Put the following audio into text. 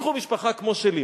תיקחו משפחה כמו שלי.